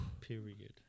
period